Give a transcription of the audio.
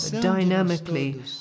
dynamically